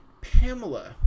Pamela